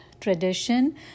tradition